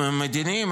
והמדיניים.